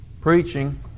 preaching